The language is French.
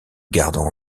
gardent